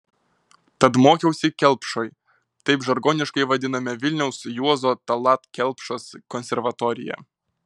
tad mokiausi kelpšoj taip žargoniškai vadinome vilniaus juozo tallat kelpšos konservatoriją